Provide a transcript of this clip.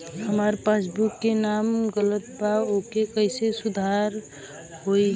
हमार पासबुक मे नाम गलत बा ओके कैसे सुधार होई?